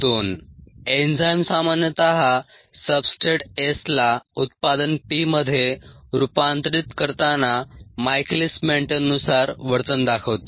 2 enzyme सामान्यत substrate S ला उत्पादन P मध्ये रूपांतरित करताना मायकेलीस मेन्टेन नुसार वर्तन दाखवते